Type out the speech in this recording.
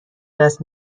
دست